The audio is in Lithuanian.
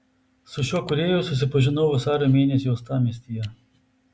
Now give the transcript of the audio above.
su šiuo kūrėju susipažinau vasario mėnesį uostamiestyje